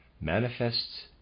manifests